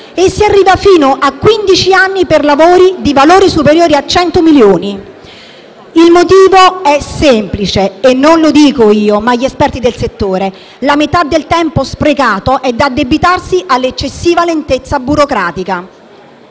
si arriva fino a quindici anni per lavori di valore superiore a 100 milioni. Il motivo è semplice e non lo dico io, ma gli esperti del settore: la metà del tempo - sprecato - è da addebitarsi all'eccessiva lentezza burocratica.